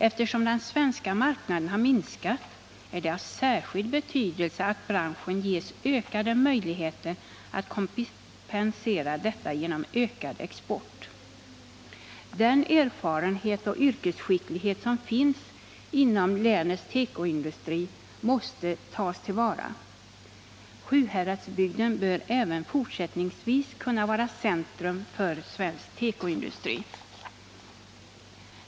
Eftersom den svenska marknaden har minskat, är det av särskild betydelse att branschen ges ökade möjligheter att kompensera detta genom ökad export. Den erfarenhet och yrkesskicklighet som finns inom länets tekoindustri måste tas till vara. Sjuhäradsbygden bör även fortsättningsvis kunna vara centrum för svensk tekoindustri.